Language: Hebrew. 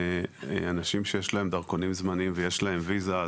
אנשים שיש להם דרכונים זמניים ויש להם ויזה,